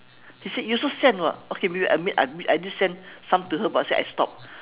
she said you also send [what] okay maybe I mean I admit I did send some to her but I say I stopped